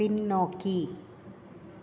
பின்னோக்கி